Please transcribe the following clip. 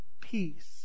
peace